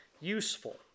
useful